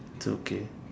it's okay